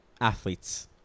athletes